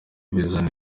bizana